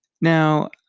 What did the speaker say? Now